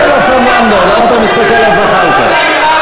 למה אתה מסתכל על זחאלקה?